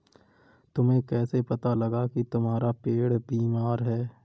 तुम्हें कैसे पता लगा की तुम्हारा पेड़ बीमार है?